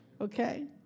Okay